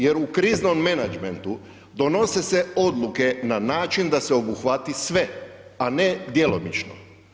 Jer u kriznom menadžmentu donose se odluke na način da se obuhvati sve, a ne djelomično.